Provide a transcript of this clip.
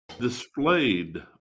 displayed